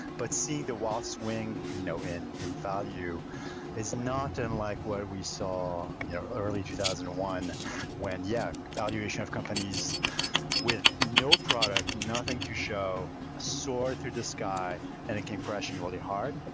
but seeing the wall swing you know in in value is not unlike what we saw yeah early two thousand and one when, yeah, valuation of companies with no product, nothing to show, sore through the sky and it came crushing really hard.